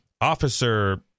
officer